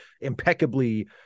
impeccably